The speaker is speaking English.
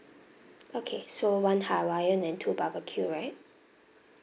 okay so one hawaiian and two barbecue right